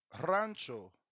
Rancho